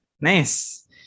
Nice